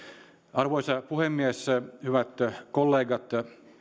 arvoisa puhemies hyvä kollegat